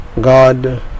God